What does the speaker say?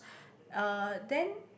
uh then